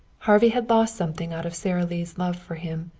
harvey had lost something out of sara lee's love for him.